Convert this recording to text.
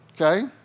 Okay